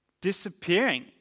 disappearing